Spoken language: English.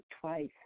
twice